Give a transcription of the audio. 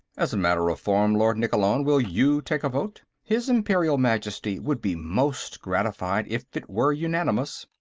as a matter of form, lord nikkolon, will you take a vote? his imperial majesty would be most gratified if it were unanimous.